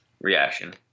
reaction